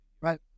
right